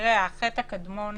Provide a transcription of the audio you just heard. החטא הקדמון